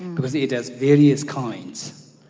because it has various kinds.